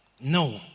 No